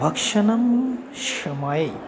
भक्षणसमये